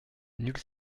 nulle